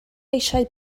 eisiau